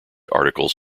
articles